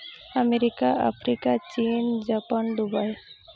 America Africa ᱪᱤᱱ Japan Dubai